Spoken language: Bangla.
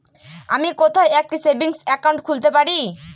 আমি কোথায় একটি সেভিংস অ্যাকাউন্ট খুলতে পারি?